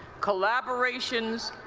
collaborations,